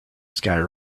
sky